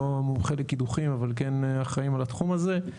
לא מומחה לקידוחים אבל כן אחראים על התחום הזה.